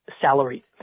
salary